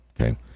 okay